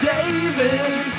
David